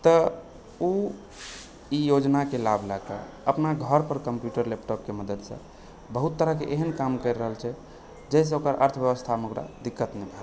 तऽ ओ ई योजनाके लाभ लएकेँ अपना घोरपर कम्प्यूटर लैपटॉपके मददसँ बहुत तरहक एहन काम करि रहल छै जाहिसँ ओकर अर्थव्यबस्थामे ओकरा दिक्कत नहि भऽ रहल छै